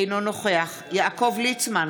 אינו נוכח יעקב ליצמן,